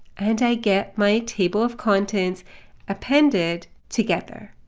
and i get my table of contents appended together.